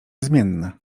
zmienne